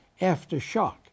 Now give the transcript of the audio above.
aftershock